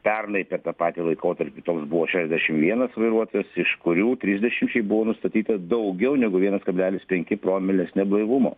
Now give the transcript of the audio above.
pernai per tą patį laikotarpį toks buvo šešiasdešimt vienas vairuotojas iš kurių trisdešimčiai buvo nustatytas daugiau negu vienas kablelis penki promilės neblaivumo